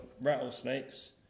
Rattlesnakes